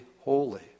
holy